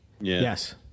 Yes